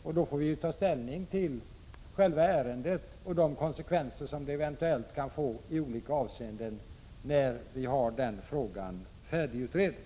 Vi får ta ställning till själva ärendet och de konsekvenser som det eventuellt kan få i olika avseenden när den frågan är färdigutredd.